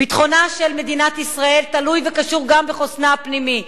ביטחונה של מדינת ישראל תלוי וקשור גם בחוסנה הפנימי,